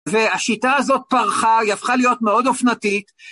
והשיטה הזאת פרחה, היא הפכה להיות מאוד אופנתית.